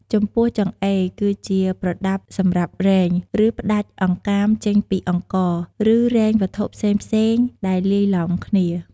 ចំពោះ ចង្អេរ គឺជាប្រដាប់សម្រាប់រែង ឬផ្ដាច់អង្កាមចេញពីអង្ករ ឬរែងវត្ថុផ្សេងៗដែលលាយឡំគ្នា។